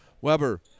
Weber